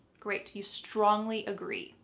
great, you strongly agree.